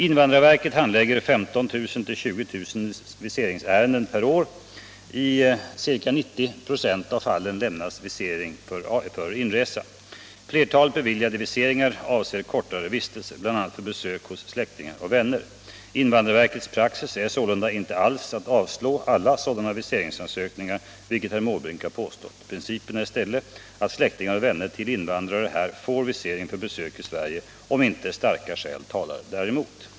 Invandrarverket handlägger 15 000-20 000 viseringsärenden per år. I ca 90 96 av fallen lämnas visering för inresa. Flertalet beviljade viseringar avser kortare vistelser, bl.a. för besök hos släktingar och vänner. Invandrarverkets praxis är sålunda inte alls att avslå alla sådana viseringsansökningar, vilket herr Måbrink har påstått. Principen är i stället att släktingar och vänner till invandrare här får visering för besök i Sverige, om inte starka skäl talar däremot.